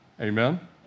Amen